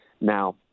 Now